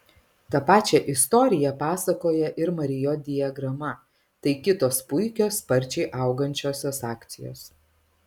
tą pačią istoriją pasakoja ir mariot diagrama tai kitos puikios sparčiai augančiosios akcijos